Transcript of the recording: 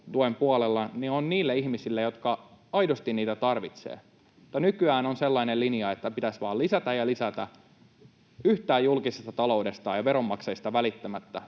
ovat niille ihmisille, jotka aidosti niitä tarvitsevat, mutta nykyään on sellainen linja, että pitäisi vaan lisätä ja lisätä yhtään julkisesta taloudesta ja veronmaksajista välittämättä